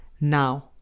Now